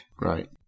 Right